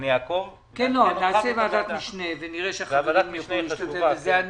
נקים ועדת משנה ונראה שהחברים יוכלו להשתתף בזה.